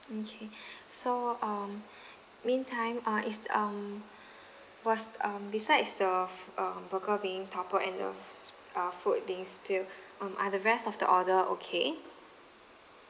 okay so um meantime uh is um was um besides the f~ um burger being toppled and the s~ uh food being spilled um are the rest of the order okay